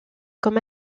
comme